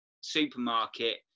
supermarket